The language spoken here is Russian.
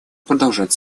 продолжать